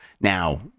now